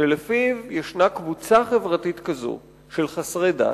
שלפיו ישנה קבוצה חברתית כזו של חסרי דת,